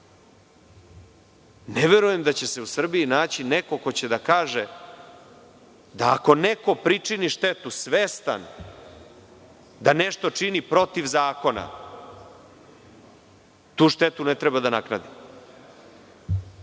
verujem da će se u Srbiji naći neko ko će da kaže da ako neko pričini štetu svestan da nešto čini protiv zakona, tu štetu ne treba da nadoknadi.